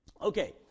Okay